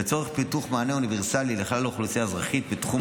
לצורך פיתוח מענה אוניברסלי לכלל האוכלוסייה האזרחית בתחום